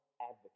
advocate